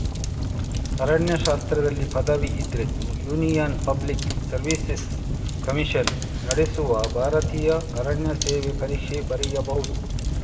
ಅರಣ್ಯಶಾಸ್ತ್ರದಲ್ಲಿ ಪದವಿ ಇದ್ರೆ union public service commission ನಡೆಸುವ ಭಾರತೀಯ ಅರಣ್ಯ ಸೇವೆ ಪರೀಕ್ಷೆ ಬರೀಬಹುದು